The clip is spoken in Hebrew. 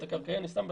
את הקרקעי אני שם בצד,